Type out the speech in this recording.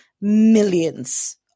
millions